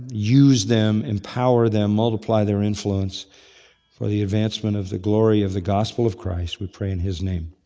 use them, empower them, multiply their influence for the advancement of the glory of the gospel of christ, we pray in his name.